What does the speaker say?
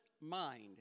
mind